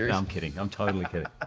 yeah um kidding. i'm totally kidding.